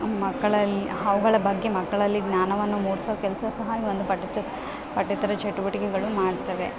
ಮಕ್ಕಳಲ್ಲಿ ಅವುಗಳ ಬಗ್ಗೆ ಮಕ್ಕಳಲ್ಲಿ ಜ್ಞಾನವನ್ನು ಮೂಡಿಸೋ ಕೆಲಸ ಸಹ ಈ ಒಂದು ಪಟಚ ಪಠ್ಯೇತರ ಚಟುವಟಿಕೆಗಳು ಮಾಡ್ತವೆ